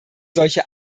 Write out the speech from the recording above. solche